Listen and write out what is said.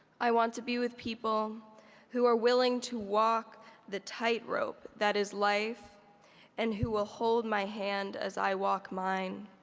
i want to be with people who are willing to walk the tightrope that is life and who will hold my hand as i walk mine.